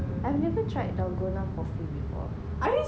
I've never tried dalgona coffee before